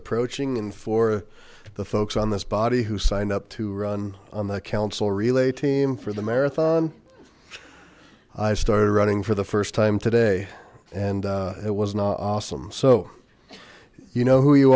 approaching and for the folks on this body who signed up to run on the council relay team for the marathon i started running for the first time today and it was not awesome so you know who you